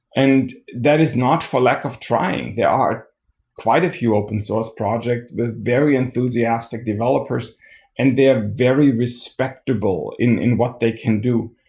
and that is not for lack of trying. there are quite a few open source projects with very enthusiastic developers and they're very respectable in in what they can do.